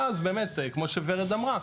ואז באמת כמו שורד אמרה,